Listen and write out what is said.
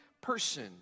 person